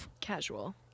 Casual